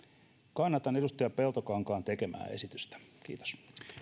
kannatan edustaja peltokankaan tekemää esitystä kiitos